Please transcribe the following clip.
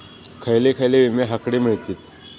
खयले खयले विमे हकडे मिळतीत?